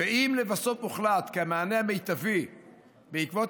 אם לבסוף הוחלט כי המענה המיטבי בעקבות